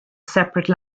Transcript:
separate